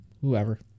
whoever